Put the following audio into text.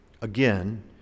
again